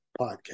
Podcast